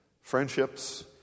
friendships